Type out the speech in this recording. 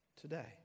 today